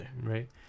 Right